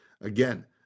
Again